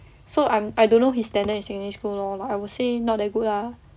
so I'm I don't know his standard in secondary school lor like I would say not that good lah